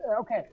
Okay